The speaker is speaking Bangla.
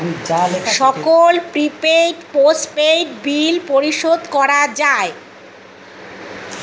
সকল প্রিপেইড, পোস্টপেইড বিল পরিশোধ করা যায়